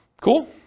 Cool